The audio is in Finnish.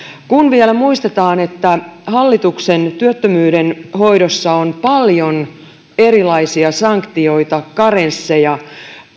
kun vielä muistetaan että hallituksen työttömyyden hoidossa on paljon erilaisia sanktioita ja karensseja